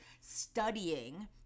studying